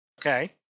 Okay